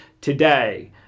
today